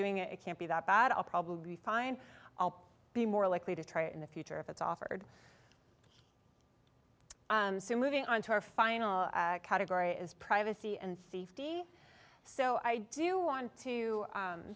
doing it it can't be that bad i'll probably be fine i'll be more likely to try it in the future if it's offered soon moving on to our final category is privacy and fifty so i do want to